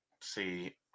See